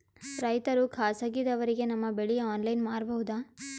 ರೈತರು ಖಾಸಗಿದವರಗೆ ತಮ್ಮ ಬೆಳಿ ಆನ್ಲೈನ್ ಮಾರಬಹುದು?